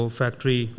factory